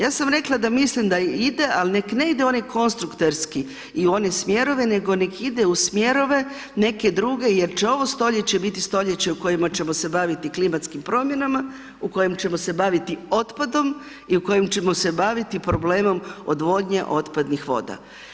Ja sam rekla da mislim da ide ali neka ne ide u onaj konstrukterski i u one smjerove nego neka ide u smjerove neke druge jer će ovo stoljeće biti stoljeće u kojem ćemo se baviti klimatskim promjenama, u kojem ćemo se baviti otpadom i u kojem ćemo se baviti problemom odvodnje otpadnih voda.